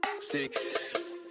six